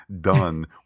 done